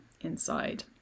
inside